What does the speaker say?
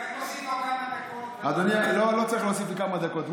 אולי תוסיף לו כמה דקות?